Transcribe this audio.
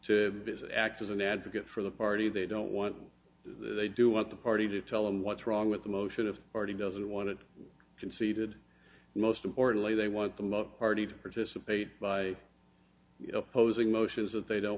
to visit act as an advocate for the party they don't want they do want the party to tell them what's wrong with the motion of party doesn't want it conceded most importantly they want the love party to participate by opposing motions that they don't